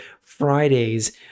Friday's